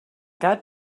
got